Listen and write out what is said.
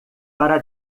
para